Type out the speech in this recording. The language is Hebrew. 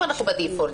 אנו בברית המחדל.